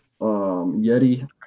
Yeti